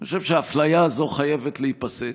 אני חושב שהאפליה הזו חייבת להיפסק.